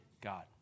god